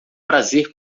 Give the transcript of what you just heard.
prazer